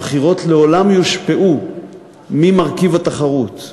הבחירות לעולם יושפעו ממרכיב התחרות.